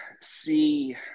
see